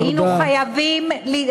היינו חייבים, תודה.